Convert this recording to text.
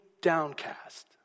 downcast